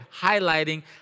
highlighting